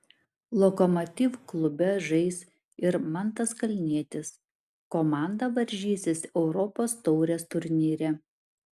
lokomotiv klube žais ir mantas kalnietis komanda varžysis europos taurės turnyre